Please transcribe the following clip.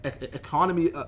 economy